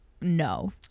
no